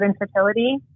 infertility